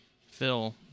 Phil